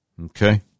Okay